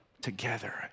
together